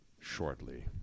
shortly